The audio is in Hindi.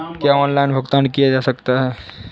क्या ऑनलाइन भुगतान किया जा सकता है?